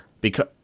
Because-